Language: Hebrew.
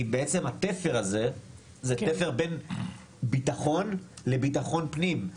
בעצם, התפר הזה, זה תפר בין ביטחון לביטחון פנים.